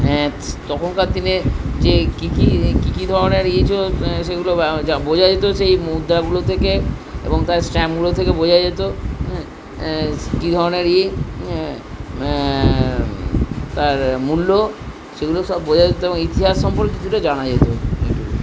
হ্যাঁ তখনকার দিনে যে কি কি কি কি ধরণের ইয়ে ছিল সেগুলো বোঝা যেতো সেই মুদ্রাগুলো থেকে এবং তার স্ট্যাম্পগুলো থেকে বোঝা যেতো হ্যাঁ কি ধরণের তার মূল্য সেগুলো সব বোঝা যেতো এবং ইতিহাস সম্পর্কে কিছুটা জানা যেতো এইটুকুই